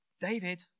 David